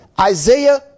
Isaiah